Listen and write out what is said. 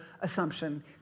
assumption